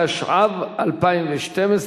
התשע"ב 2012,